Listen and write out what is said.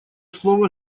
слово